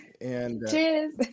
cheers